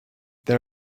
there